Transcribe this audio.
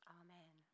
amen